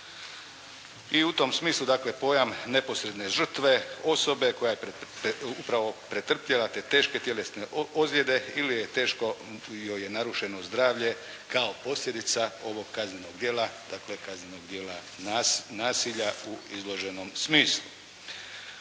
I u tom smislu dakle pojam neposredne žrtve osobe koja je upravo pretrpjela te teške tjelesne ozljede ili je teško joj je narušeno zdravlje kao posljedica ovog kaznenog djela dakle kaznenog djela nasilja u izloženom smislu.